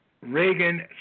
Reagan